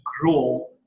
grow